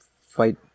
fight